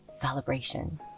celebration